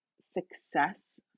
success